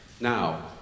Now